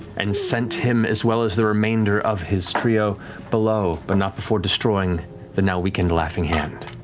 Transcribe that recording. and sent him as well as the remainder of his trio below, but not before destroying the now-weakened laughing hand.